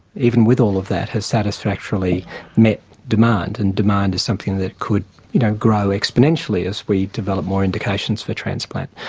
even with all of that, has satisfactorily met demand, and demand is something that could you know grow exponentially as we develop more indications for transplant.